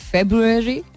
February